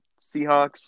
Seahawks